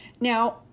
Now